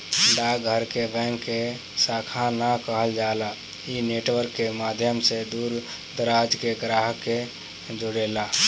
डाक घर के बैंक के शाखा ना कहल जाला इ नेटवर्क के माध्यम से दूर दराज के ग्राहक के जोड़ेला